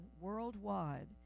worldwide